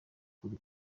kuri